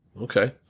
Okay